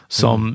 som